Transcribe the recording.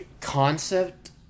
concept